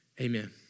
Amen